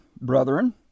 brethren